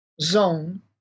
zone